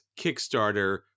Kickstarter